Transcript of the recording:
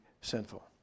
sinful